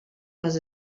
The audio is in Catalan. les